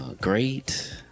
great